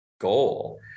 goal